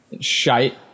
shite